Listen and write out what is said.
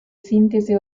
sintesi